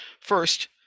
First